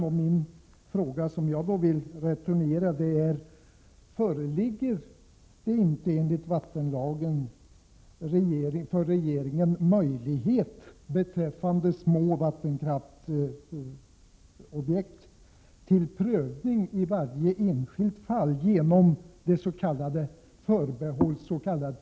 Jag returnerar följande fråga till henne: Föreligger det inte enligt vattenlagen möjlighet för regeringen att beträffande små vattenkraftsobjekt göra en prövningi varje enskilt fall genoms.k. förbehållsbeslut?